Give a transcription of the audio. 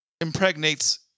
impregnates